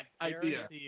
idea